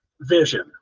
vision